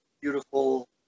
beautiful